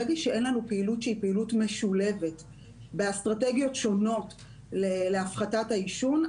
ברגע שאין לנו פעילות משולבת באסטרטגיות שונות להפחתת העישון,